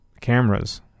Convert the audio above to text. cameras